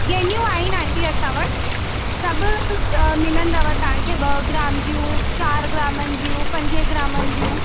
गेनियूं आहिनि आंटी असां वटि सभु त मिलंदव तव्हांखे ॿ ग्राम जूं चारि ग्रामनि जूं पंजे ग्रामनि जूं